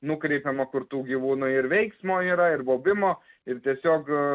nukreipiama kur tų gyvūnų ir veiksmo yra ir baubimo ir tiesiog